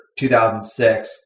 2006